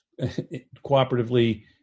cooperatively